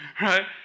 Right